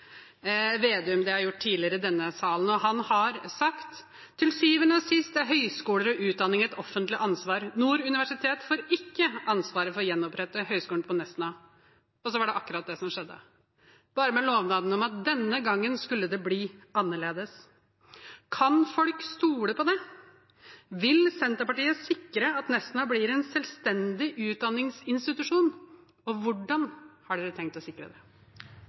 Vedum, som jeg har gjort tidligere i denne salen. Han har sagt: «Til syvende og sist er høyskoler og utdanning et offentlig ansvar. Nord universitet får ikke ansvaret for å gjenopprette høyskolen på Nesna.» Og så var det akkurat det som skjedde – bare med lovnaden om at denne gangen skulle det bli annerledes. Kan folk stole på det? Vil Senterpartiet sikre at Nesna blir en selvstendig utdanningsinstitusjon, og hvordan har de tenkt å sikre det?